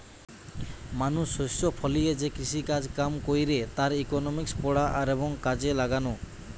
মানুষ শস্য ফলিয়ে যে কৃষিকাজ কাম কইরে তার ইকোনমিক্স পড়া আর এবং কাজে লাগালো